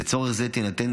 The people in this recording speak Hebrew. לצורך זה תינתן